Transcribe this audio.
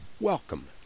Welcome